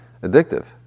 addictive